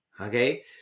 okay